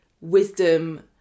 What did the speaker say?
wisdom